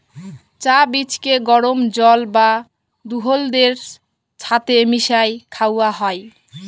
চাঁ বীজকে গরম জল বা দুহুদের ছাথে মিশাঁয় খাউয়া হ্যয়